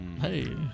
Hey